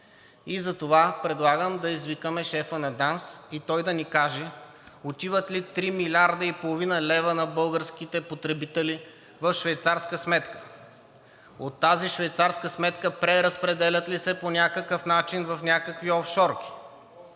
и затова предлагам да извикаме шефа на ДАНС и той да ни каже: отиват ли 3,5 млрд. лв. на българските потребители в швейцарска сметка? От тази швейцарска сметка преразпределят ли се по някакъв начин в някакви офшорки?